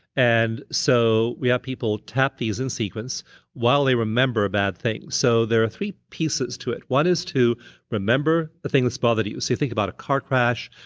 and so we have people tap these in sequence while they remember a bad thing. so there are three pieces to it. one is to remember the thing that's bothered you, so you think about a car crash,